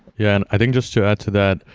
yeah. and i think just to add to that,